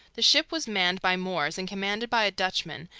the ship was manned by moors and commanded by a dutchman,